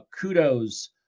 kudos